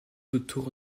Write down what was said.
autour